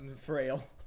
frail